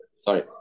Sorry